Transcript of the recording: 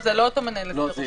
זה לא אותו מנהל הסדר.